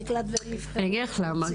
--- אגיד לך למה.